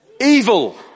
Evil